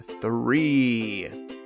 three